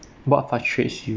what frustrates you